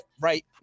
right